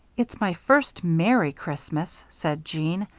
it's my first merry christmas, said jeanne.